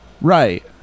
right